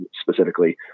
specifically